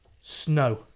snow